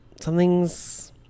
something's